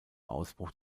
ausbruch